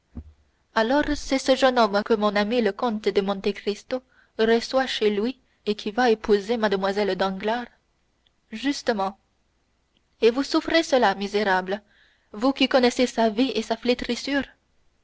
alors c'est ce jeune homme que mon ami le comte de monte cristo reçoit chez lui et qui va épouser mlle danglars justement et vous souffrez cela misérable vous qui connaissez sa vie et sa flétrissure